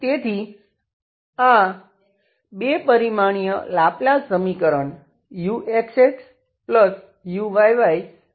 તેથી આ 2 પરિમાણીય લાપ્લાસ સમીકરણ uxxuyy0 છે